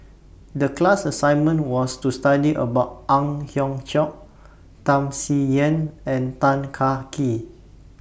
The class assignment was to study about Ang Hiong Chiok Tham Sien Yen and Tan Kah Kee